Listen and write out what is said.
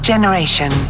Generation